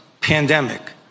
pandemic